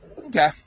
Okay